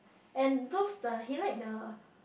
and those the he like the